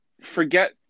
forget